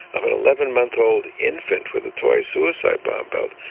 of an eleven-month-old infant with a toy suicide bomb belt,